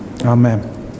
Amen